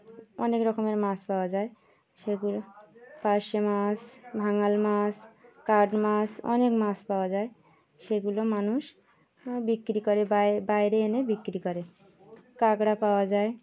অনেক রকমের মাছ পাওয়া যায় সেগুলো পার্শে মাছ ভাঙাল মাস কাঠ মাছ অনেক মাছ পাওয়া যায় সেগুলো মানুষ বিক্রি করে বাইরে এনে বিক্রি করে কাঁকড়া পাওয়া যায়